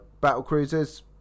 Battlecruisers